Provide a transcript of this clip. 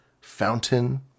Fountain